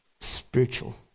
spiritual